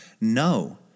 No